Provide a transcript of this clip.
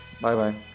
Bye-bye